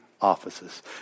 offices